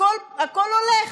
הכול הולך.